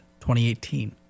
2018